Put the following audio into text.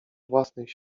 własnych